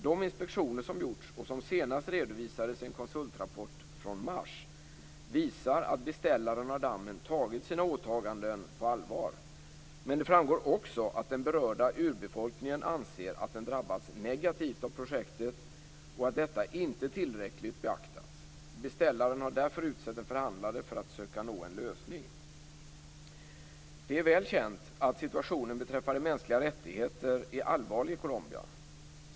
De inspektioner som gjorts, och som senast redovisades i en konsultrapport från mars, visar att beställaren av dammen tagit sina åtaganden på allvar. Men det framgår också att den berörda urbefolkningen anser att den drabbats negativt av projektet och att detta inte tillräckligt beaktats. Beställaren har därför utsett en förhandlare för att söka nå en lösning. Det är väl känt att situationen beträffande mänskliga rättigheter, MR, är allvarlig i Colombia.